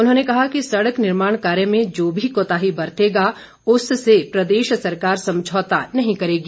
उन्होंने कहा कि सड़क निर्माण कार्य में जो भी कोताही बरतेगा उससे प्रदेश सरकार समझौता नहीं करगी